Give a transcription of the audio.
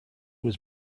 was